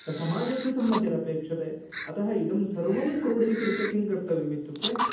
समाजस्य सम्मतिरपेक्षते अतः इदं सर्वं क्रोढीकृत्य किं कर्तव्यम् इत्युक्ते